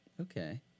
Okay